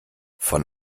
von